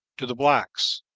to the blacks,